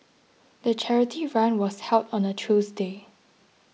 the charity run was held on a Tuesday